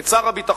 את שר הביטחון,